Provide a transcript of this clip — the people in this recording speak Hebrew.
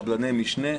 על קבלני משנה.